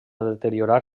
deteriorar